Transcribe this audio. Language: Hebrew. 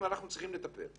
צריכים לטפל.